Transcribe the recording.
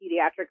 pediatric